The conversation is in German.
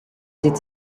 sieht